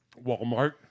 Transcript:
Walmart